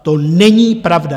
To není pravda.